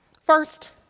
First